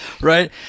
right